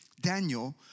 Daniel